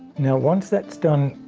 now once that's done,